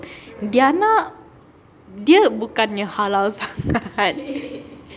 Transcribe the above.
diana dia bukannya halal sangat